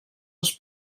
els